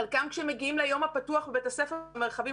חלקם מגיעים ליום הפתוח בבית הספר במרחבים